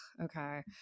okay